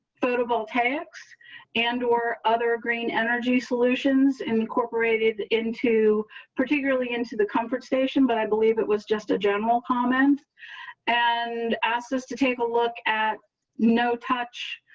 photovoltaics and or other green energy solutions and incorporated into particularly into the conversation, but i believe it was just a general comments and asked us to take a look at no touch.